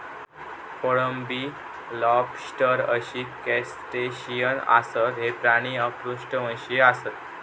कोळंबी, लॉबस्टर अशी क्रस्टेशियन आसत, हे प्राणी अपृष्ठवंशी आसत